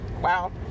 wow